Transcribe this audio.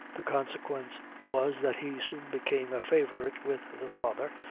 the consequence was, that he soon became a favorite with the father,